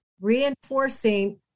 reinforcing